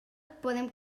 podem